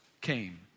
came